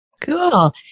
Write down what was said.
Cool